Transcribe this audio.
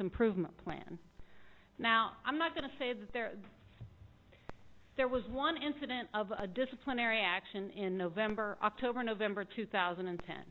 improvement plan now i'm not going to say that there there was one incident of a disciplinary action in november october november two thousand and ten